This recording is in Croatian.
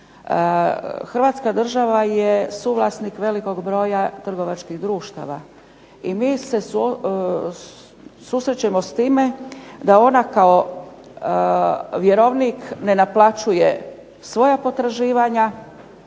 Hrvatska država je suvlasnik velikog broja trgovačkih društava i mi se susrećemo s time da ona kao vjerovnik ne naplaćuje svoja potraživanja.